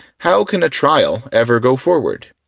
how can a trial ever go forward?